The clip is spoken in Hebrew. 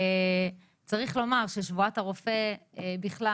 צריך לומר ששבועת הרופא בכלל,